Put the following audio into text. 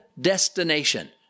destination